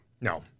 No